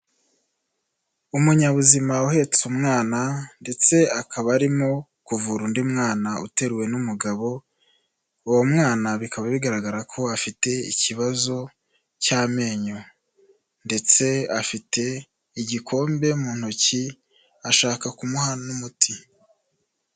Umunyabuzima uhetse umwana ndetse akaba arimo kuvura undi mwana utewe n'umugabo, uwo mwana bikaba bigaragara ko afite ikibazo cy'amenyo ndetse afite igikombe mu ntoki ashaka kumuha n'umuti.